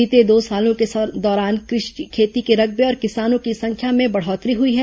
बीते दो सालों के दौरान खेती के रकबे और किसानों की संख्या में बढ़ोत्तरी हई है